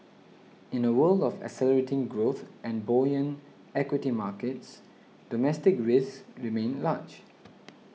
in a world of accelerating growth and buoyant equity markets domestic risks remain large